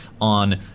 on